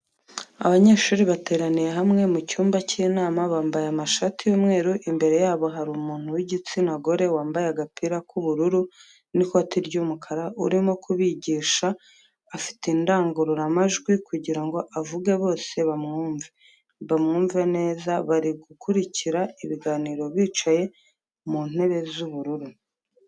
Abanyeshuri bateraniye hamwe mu cyumba cy'inama bambaye amashati y'umweru imbere yabo hari umuntu w'igitsina gore wambaye agapira k'ubururu n'ikoti ry'umukara urimo kubigisha afite indangururamajwi kugirango avuge bose bamwumve neza bari gukurikira ikiganiro bicaye mu ntebe z'ubururu.